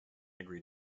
agreed